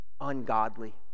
ungodly